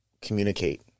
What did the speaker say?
communicate